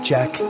Jack